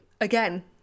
again